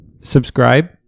subscribe